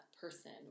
person